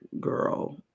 girl